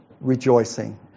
rejoicing